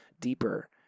deeper